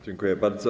Dziękuję bardzo.